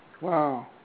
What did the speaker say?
Wow